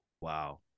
Wow